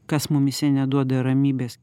kas mumyse neduoda ramybės